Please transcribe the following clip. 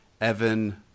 evan